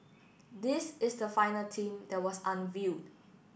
this is the final team that was unveiled